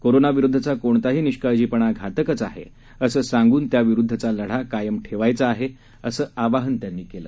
कोरोनाविरुद्धचा कोणताही निष्काळजीपणा घातकच आहे असं सांगून त्याविरुद्धचा लढा कायम ठेवायचा आहे असं आवाहन त्यांनी केलं